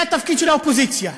זה התפקיד של האופוזיציה.